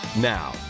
Now